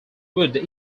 wood